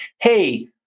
hey